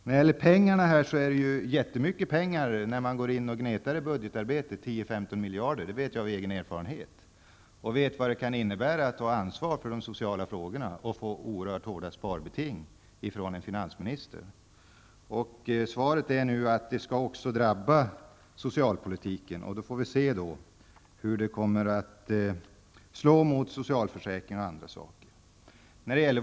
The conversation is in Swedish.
10--15 miljarder är jättemycket pengar när man går in och gnetar i budgetarbetet -- det vet jag av egen erfarenhet. Jag vet vad det kan innebära att ha ansvar för de sociala frågorna och få oerhört svåra sparbeting från en finansminister. Svaret är nu att det också skall drabba socialpolitiken. Vi får då se hur det kommer att slå mot socialförsäkring och andra saker.